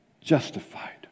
justified